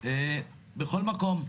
בכל מקום.